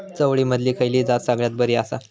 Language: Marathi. चवळीमधली खयली जात सगळ्यात बरी आसा?